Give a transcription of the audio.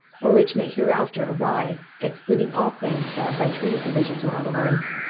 or which may hereafter arise, excluding all claims barred by treaty provisions or otherwise.